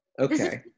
Okay